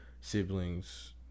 siblings